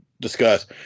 discuss